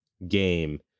game